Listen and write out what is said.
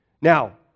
Now